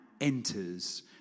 enters